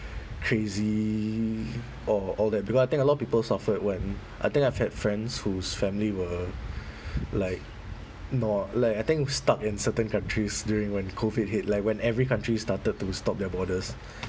crazy or all that because I think a lot of people suffered when I think I've had friends whose family were like no~ like I think stuck in certain countries during when COVID hit like when every country started to stop their borders